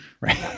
right